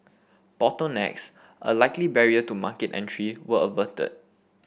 bottlenecks a likely barrier to market entry were averted